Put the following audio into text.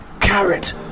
carrot